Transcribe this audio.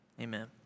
Amen